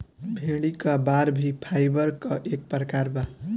भेड़ी क बार भी फाइबर क एक प्रकार बा